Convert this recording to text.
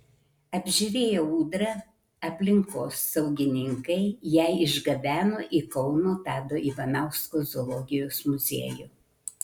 apžiūrėję ūdrą aplinkosaugininkai ją išgabeno į kauno tado ivanausko zoologijos muziejų